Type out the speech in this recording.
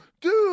Dude